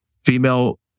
female